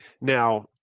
Now